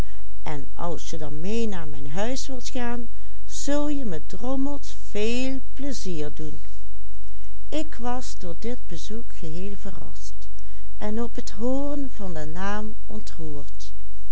pleizier doen ik was door dit bezoek geheel verrast en op het hooren van den naam